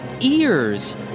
ears